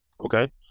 okay